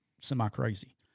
semi-crazy